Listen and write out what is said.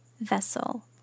vessel